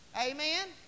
Amen